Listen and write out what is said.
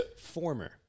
Former